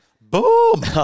boom